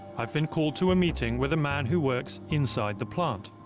i've been called to a meeting with a man who works inside the plant.